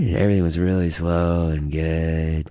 and everything was really slow and yeah good